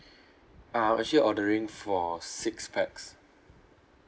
I'm actually ordering for six pax